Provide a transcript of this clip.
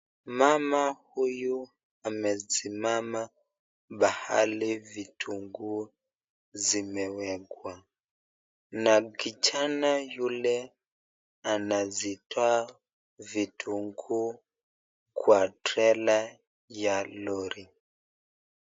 Mama huyu amesimama mahali vitunguu zimewekwa. Na kijana yule anazitoa vitunguu kwa trela ya lori.